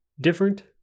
different